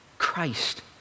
Christ